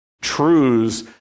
truths